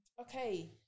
okay